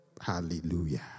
Hallelujah